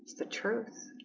the truth